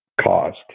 caused